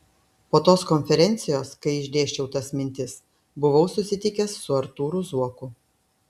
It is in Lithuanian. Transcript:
po tos konferencijos kai išdėsčiau tas mintis buvau susitikęs su artūru zuoku